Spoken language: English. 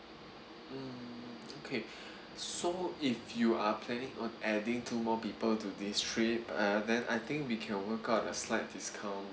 mm okay so if you are planning on adding two more people to this trip uh then I think we can work out a slight discount